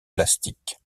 plastique